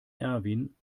erwin